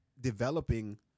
developing